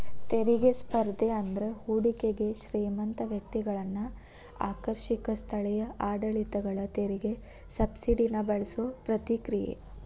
ತೆರಿಗೆ ಸ್ಪರ್ಧೆ ಅಂದ್ರ ಹೂಡಿಕೆಗೆ ಶ್ರೇಮಂತ ವ್ಯಕ್ತಿಗಳನ್ನ ಆಕರ್ಷಿಸಕ ಸ್ಥಳೇಯ ಆಡಳಿತಗಳ ತೆರಿಗೆ ಸಬ್ಸಿಡಿನ ಬಳಸೋ ಪ್ರತಿಕ್ರಿಯೆ